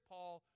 Paul